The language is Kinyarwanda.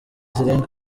zirenga